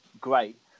great